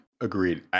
Agreed